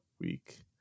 week